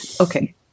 Okay